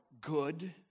good